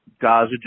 Gaza